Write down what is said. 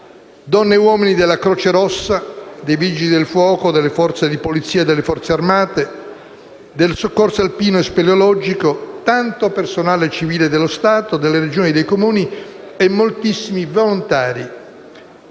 donne e uomini della Croce Rossa, dei Vigili del fuoco, delle Forze di polizia e delle Forze armate, del soccorso alpino e speleologico, tanto personale civile dello Stato, delle Regioni e dei Comuni e moltissimi volontari